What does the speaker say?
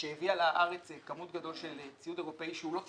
שהביאה לארץ כמות גדולה של ציוד אירופי שהוא לא תקני.